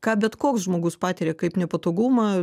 ką bet koks žmogus patiria kaip nepatogumą